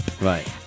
Right